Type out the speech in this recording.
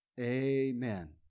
Amen